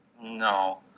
No